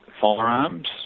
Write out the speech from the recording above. firearms